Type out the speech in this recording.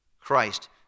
Christ